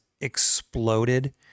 exploded